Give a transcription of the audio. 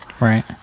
Right